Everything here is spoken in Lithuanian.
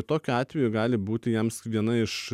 tokiu atveju gali būti jiems viena iš